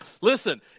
Listen